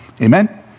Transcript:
Amen